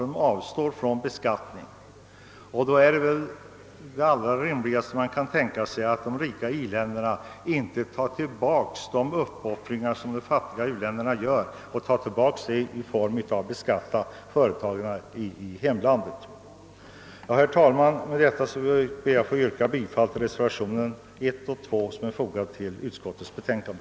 De avstår nämligen från skatteinkomster. Då är väl ingenting rimligare än att de rika industriländerna inte omintetgör de fattiga u-ländernas uppoffringar genom att beskatta företagen i hemlandet. Herr talman! Med det sagda ber jag få yrka bifall till reservationerna 1 och 2 som fogats till utskottets betänkande.